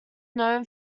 known